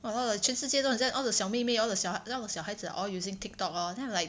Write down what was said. !walao! like 全世界都很像 all the 小妹妹 all the 小那种小孩子 are all using TikTok lor then I'm like